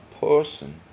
person